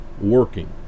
working